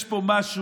יש פה משהו